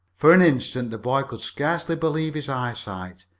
for an instant the boy could scarcely believe his eyesight.